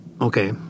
Okay